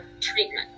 treatment